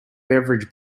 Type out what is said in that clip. beverage